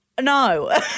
no